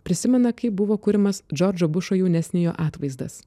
prisimena kaip buvo kuriamas džordžo bušo jaunesniojo atvaizdas